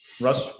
Russ